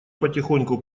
потихоньку